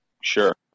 sure